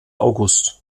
august